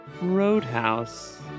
roadhouse